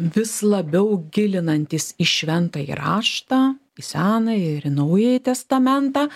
vis labiau gilinantis į šventąjį raštą į senąjį ir į naująjį testamentą